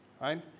right